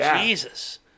Jesus